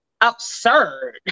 absurd